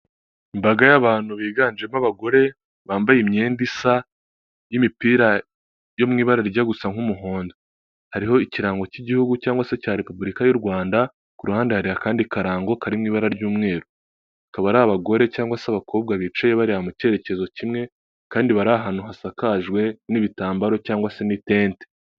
Imbaga y'abantu biganjemo abagore, bambaye imyenda isa n'imipira yo mu ibara rijya gusa nk'umuhondo. Hariho ikirango cy'igihugu cyangwa se cya repubulika y'u Rwanda, ku ruhande hari akandi karango kari mu ibara ry'umweru. Akaba ari abagore cyangwa se abakobwa bicaye bareba mu cyerekezo kimwe, kandi bari ahantu hasakajwe n'ibitambaro cyangwa se n' itente.